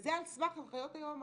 וזה על סמך הנחיות היועמ"ש.